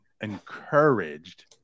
encouraged